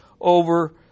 over